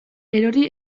erori